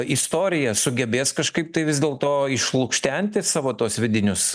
istoriją sugebės kažkaip tai vis dėlto išlukštenti savo tuos vidinius